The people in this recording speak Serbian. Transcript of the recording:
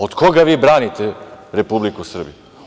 Od koga vi branite Republiku Srbiju?